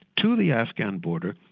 to the afghan border,